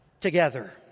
together